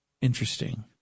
Interesting